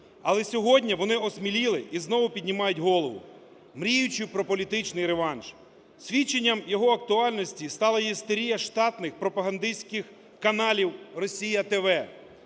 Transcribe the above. Але сьогодні вони осміліли і знову піднімають голову, мріючи про політичний реванш. Свідченням його актуальності стала істерія штатних пропагандистських каналів "Росія ТV".